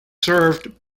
served